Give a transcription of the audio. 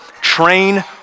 train